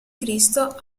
cristo